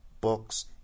books